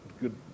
good